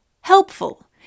helpful